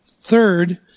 Third